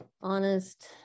honest